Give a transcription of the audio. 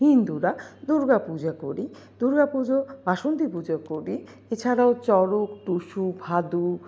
হিন্দুরা দুর্গাপূজা করি দুর্গাপুজো বাসন্তী পুজো করি এছাড়াও চড়ক টুসু ভাদু